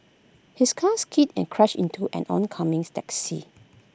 his car skidded and crashed into an oncoming taxi